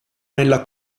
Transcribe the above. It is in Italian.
nella